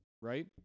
right